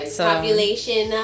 Population